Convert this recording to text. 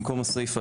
במקום הסיפה,